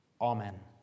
Amen